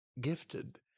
gifted